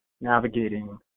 navigating